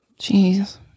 Jeez